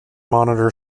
monitor